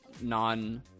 non-